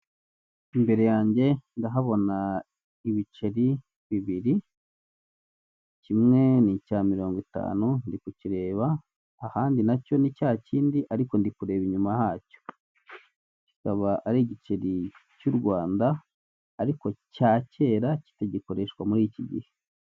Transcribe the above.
Imbere yange ndahabona ibiceri bibiri, kimwe ni icya mirongo itanu ndikukireba, ahandi nacyo ni cya kindi ariko ndikureba inyuma hacyo, kikaba ari igiceri cy'u Rwanda ariko cya kera kitagikoreshwa muri iki gihe.